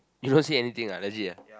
you don't see anything ah legit ah